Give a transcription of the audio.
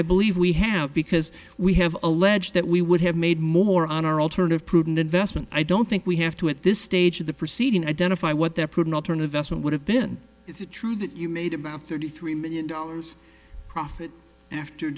i believe we have because we have alleged that we would have made more on our alternative prudent investment i don't think we have to at this stage of the proceeding identify what their put an alternative vessel would have been is it true that you made about thirty three million dollars profit after